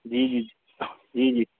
जी जी जी जी